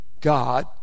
God